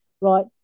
right